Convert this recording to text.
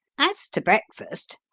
as to breakfast,